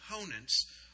components